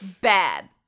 Bad